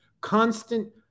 constant